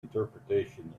interpretation